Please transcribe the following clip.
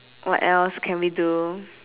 what else can we do